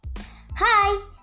Hi